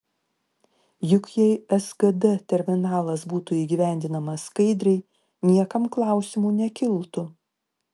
juk jei sgd terminalas būtų įgyvendinamas skaidriai niekam klausimų nekiltų